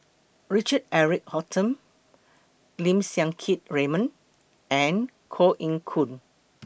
Richard Eric Holttum Lim Siang Keat Raymond and Koh Eng Hoon